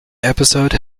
episode